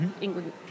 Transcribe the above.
England